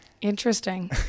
Interesting